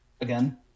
again